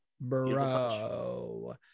bro